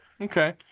Okay